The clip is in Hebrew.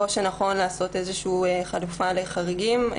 או שנכון לעשות חלופה לחריגים.